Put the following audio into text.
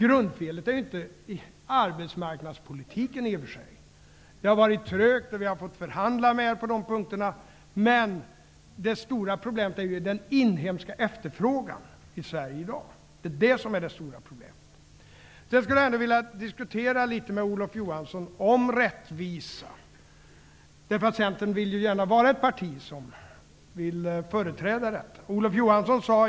Grundfelet ligger ju i och för sig inte i arbetsmarknadspolitiken. Det har varit trögt och vi har fått förhandla med er på dessa punkter, men det stora problemet är den inhemska efterfrågan i Sverige i dag. Det är den som är det stora problemet. Jag skulle vilja diskutera litet med Olof Johansson om rättvisa. Centern vill ju gärna vara ett parti som företräder rättvisa.